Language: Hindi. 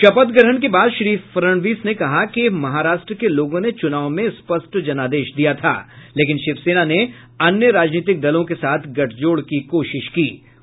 शपथग्रहण के बाद श्री फड़णवीस ने कहा कि महाराष्ट्र के लोगों ने चुनाव में स्पष्ट जनादेश दिया था लेकिन शिवसेना ने अन्य राजनीतिक दलों के साथ गठजोड़ की कोशिशें कीं